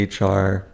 HR